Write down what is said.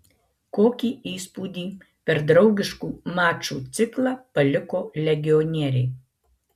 kokį įspūdį per draugiškų mačų ciklą paliko legionieriai